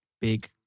big